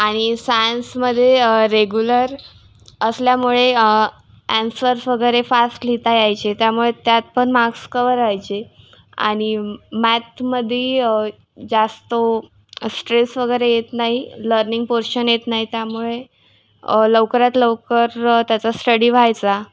आणि सायन्समध्ये रेगुलर असल्यामुळे ॲन्सर्स वगैरे फास्ट लिहिता यायचे त्यामुळे त्यातपण मार्क्स कव्हर व्हायचे आणि मॅथमध्ये जास्त स्ट्रेस वगैरे येत नाही लर्निंग पोर्शन येत नाही त्यामुळे लवकरात लवकर त्याचा स्टडी व्हायचा